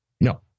no